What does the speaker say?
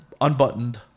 unbuttoned